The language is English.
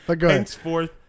henceforth